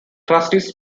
trustees